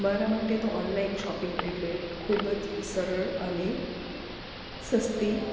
મારા માટે તો ઓનલાઇન શોપિંગ એટલે ખૂબ જ સરળ અને સસ્તી